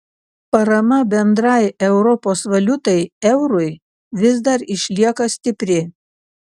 parama bendrai europos valiutai eurui vis dar išlieka stipri